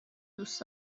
دوست